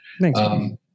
Thanks